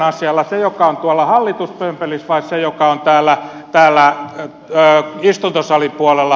se joka on tuolla hallituspömpelissä vai se joka on täällä istuntosalin puolella